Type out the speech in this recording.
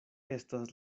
estas